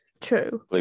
True